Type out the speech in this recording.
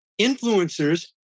Influencers